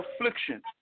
affliction